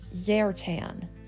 Zertan